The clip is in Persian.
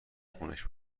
خونش